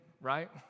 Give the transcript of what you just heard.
right